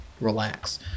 relax